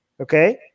Okay